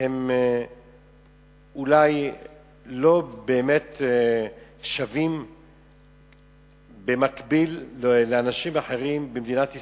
הן אולי לא באמת שוות במקביל לאנשים אחרים במדינת ישראל.